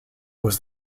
was